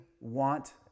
want